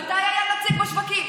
מתי היה נציג שווקים?